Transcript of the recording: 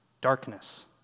darkness